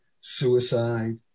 suicide